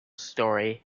story